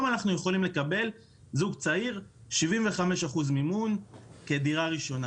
זוג צעיר יכול לקבל היום 75% מימון כדירה ראשונה.